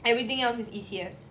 everything else is easier